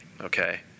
okay